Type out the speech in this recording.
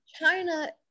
China